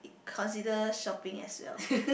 consider shopping as well